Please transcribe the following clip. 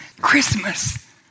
Christmas